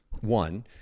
one